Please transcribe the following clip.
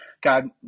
God